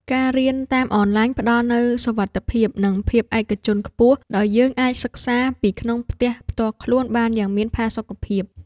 ការរៀនតាមអនឡាញផ្ដល់នូវសុវត្ថិភាព និងភាពឯកជនខ្ពស់ ដោយយើងអាចសិក្សាពីក្នុងផ្ទះផ្ទាល់ខ្លួនបានយ៉ាងមានផាសុកភាព។